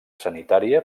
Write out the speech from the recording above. sanitària